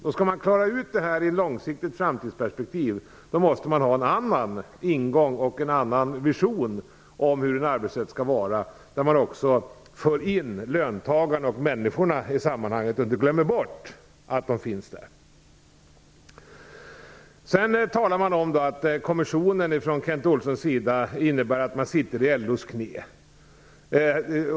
Om man skall klara ut det här i ett långsiktigt framtidsperspektiv måste man ha en annan ingång och en annan vision om hur en arbetsrätt skall vara, där man också för in löntagarna och människorna i sammanhanget och inte glömmer bort att de finns där. Kent Olsson säger att kommissionen innebär att man sitter i LO:s knä.